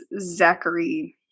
Zachary